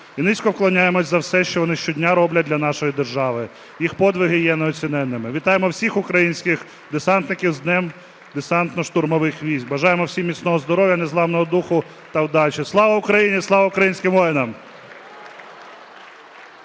і низько вклоняємося за все, що вони щодня роблять для нашої держави. Їх подвиги є неоціненними. Вітаємо всіх українських десантників з Днем Десантно-штурмових військ! Бажаємо всім міцного здоров'я, незламного духу та удачі. Слава Україні! Слава українським воїнам!